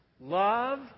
Love